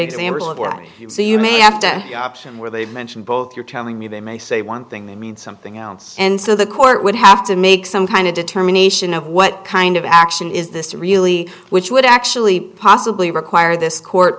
example of where i see you may and option where they mention both you're telling me they may say one thing they mean something else and so the court would have to make some kind of determination of what kind of action is this really which would actually possibly require this court